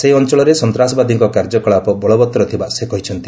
ସେହି ଅଞ୍ଚଳରେ ସନ୍ତ୍ରାସବାଦୀଙ୍କ କାର୍ଯ୍ୟକଳାପ ବଳବଉର ଥିବା ସେ କହିଛନ୍ତି